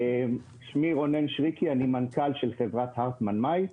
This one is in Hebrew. אני מנכ"ל של חברת הרטמן מאי.